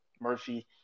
Murphy